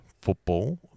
football